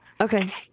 Okay